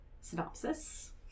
synopsis